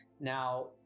now